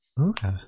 okay